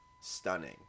stunning